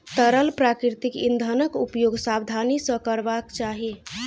तरल प्राकृतिक इंधनक उपयोग सावधानी सॅ करबाक चाही